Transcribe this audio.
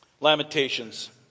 Lamentations